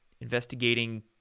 investigating